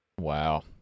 Wow